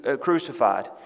crucified